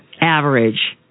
average